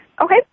Okay